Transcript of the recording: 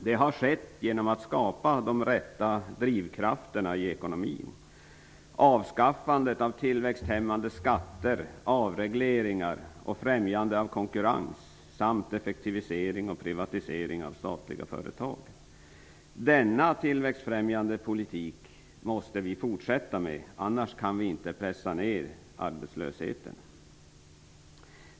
Den har skett genom att man har skapat de rätta drivkrafterna i ekonomin. Som exempel kan nämnas avskaffandet av tillväxthämmande skatter, avregleringar och främjande av konkurrens samt effektivisering och privatisering av statliga företag. Denna tillväxtfrämjande politik måste vi fortsätta med. Annars kan vi inte pressa ner arbetslösheten.